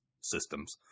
systems